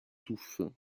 touffes